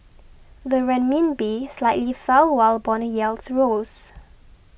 the Renminbi slightly fell while bond yields rose